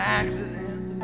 accident